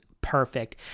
perfect